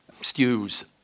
stews